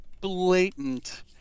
blatant